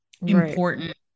important